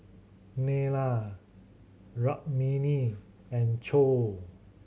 Neila Rukmini and Choor